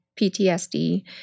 PTSD